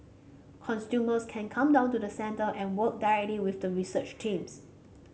customers can come down to the centre and work directly with the research teams